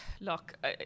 look